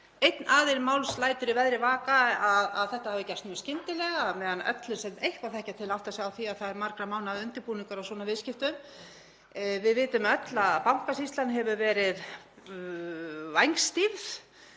einn aðili máls lætur í veðri vaka að þetta hafi gerst mjög skyndilega á meðan allir sem eitthvað þekkja til átta sig á því að það er margra mánaða undirbúningur að svona viðskiptum. Við vitum öll að Bankasýslan hefur verið vængstýfð